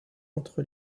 entre